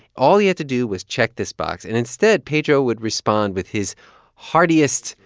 all he had to do was check this box. and instead, pedro would respond with his heartiest,